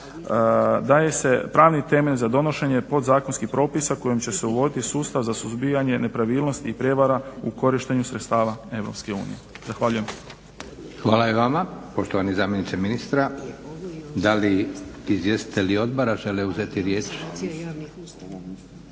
Daje se pravni temelj za donošenje podzakonskih propisa kojim će se uvoditi sustav za suzbijanje nepravilnosti i prijevara u korištenju sredstava EU. Zahvaljujem. **Leko, Josip (SDP)** Hvala i vama poštovani zamjeniče ministra. Da li izvjestitelji odbora žele uzeti riječ?